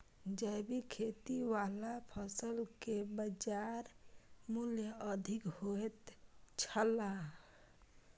जैविक खेती वाला फसल के बाजार मूल्य अधिक होयत छला